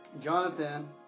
Jonathan